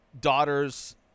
Daughters